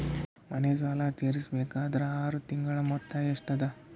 ಮನೆ ಸಾಲ ತೀರಸಬೇಕಾದರ್ ಆರ ತಿಂಗಳ ಮೊತ್ತ ಎಷ್ಟ ಅದ?